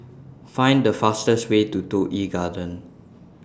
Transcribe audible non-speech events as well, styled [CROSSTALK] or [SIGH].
[NOISE] [NOISE] Find The fastest Way to Toh Yi Garden [NOISE]